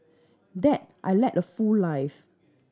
dad a led full life